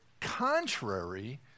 contrary